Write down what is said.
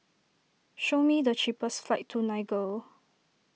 show me the cheapest flights to Niger